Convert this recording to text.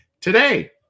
today